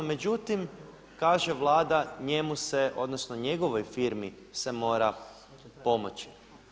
Međutim, kaže Vlada njemu se, odnosno njegovoj firmi se mora pomoći.